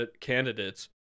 candidates